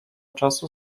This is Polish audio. czasu